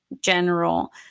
general